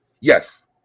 Yes